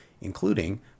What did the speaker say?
including